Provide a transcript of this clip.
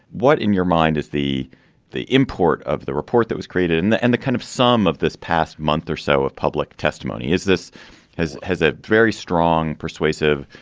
what in your mind is the the import of the report that was created in the end, the kind of some of this past month or so of public testimony is this has has a very strong, persuasive,